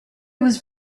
was